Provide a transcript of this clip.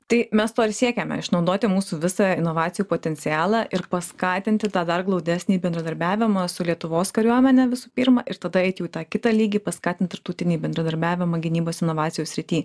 tai mes to ir siekiame išnaudoti mūsų visą inovacijų potencialą ir paskatinti tą dar glaudesnį bendradarbiavimą su lietuvos kariuomene visų pirma ir tada eit jau į tą kitą lygį paskatint tarptautinį bendradarbiavimą gynybos inovacijų srity